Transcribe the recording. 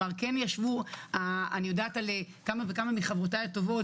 אני יודעת על כמה מחברותיי הטובות